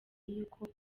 y’uko